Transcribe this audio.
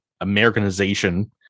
Americanization